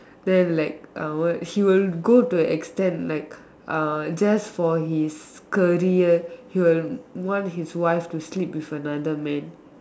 then like uh what she will go to the extent like ah just for his career he will want his wife to sleep with another man